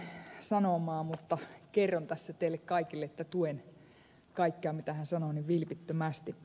mustajärven sanomaa mutta kerron tässä teille kaikille että tuen kaikkea mitä hän sanoo vilpittömästi